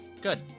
Good